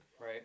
Right